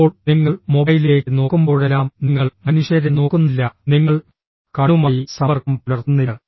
ഇപ്പോൾ നിങ്ങൾ മൊബൈലിലേക്ക് നോക്കുമ്പോഴെല്ലാം നിങ്ങൾ മനുഷ്യരെ നോക്കുന്നില്ല നിങ്ങൾ കണ്ണുമായി സമ്പർക്കം പുലർത്തുന്നില്ല